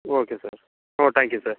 okay sir ah thank you sir